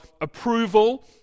approval